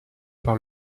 par